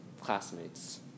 classmates